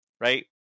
right